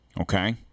Okay